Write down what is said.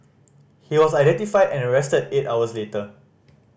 he was identified and arrested eight hours later